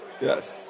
Yes